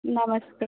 नमस्ते